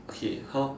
okay how